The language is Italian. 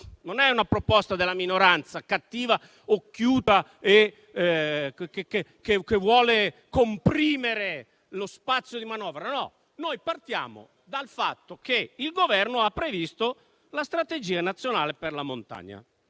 Non è una proposta della minoranza cattiva, occhiuta, che vuole comprimere lo spazio di manovra. No, noi partiamo dal fatto che il Governo ha previsto la strategia nazionale per la montagna.